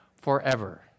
forever